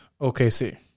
OKC